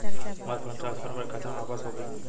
हमार fund transfer हमरे खाता मे वापस हो गईल